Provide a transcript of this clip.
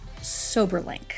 Soberlink